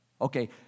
okay